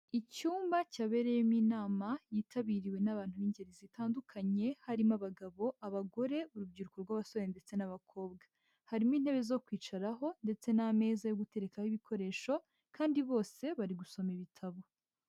Icyumba cyabereyemo inama yitabiriwe n'abantu b'ingeri zitandukanye harimo abagabo, abagore, urubyiruko rw'abasore ndetse n'abakobwa. Harimo intebe zo kwicaraho ndetse n'ameza yo guterekaho ibikoresho kandi bose bari gusoma ibitabo.